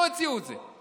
לא הוציאו את זה,